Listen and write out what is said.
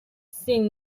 син